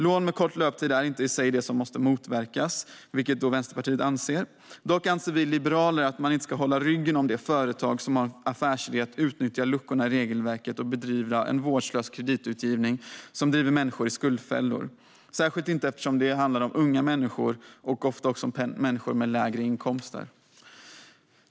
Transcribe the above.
Lån med kort löptid är inte i sig det som måste motverkas, vilket Vänsterpartiet anser. Vi liberaler anser dock att man inte ska hålla de företag om ryggen som har som affärsidé att utnyttja luckorna i regelverket och bedriva en vårdslös kreditutgivning som driver människor in i skuldfällor. Det handlar ju ofta om unga människor och ofta om människor med lägre inkomster.